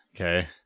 okay